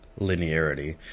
linearity